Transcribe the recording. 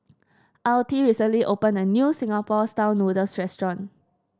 Altie recently opened a new Singapore style noodles restaurant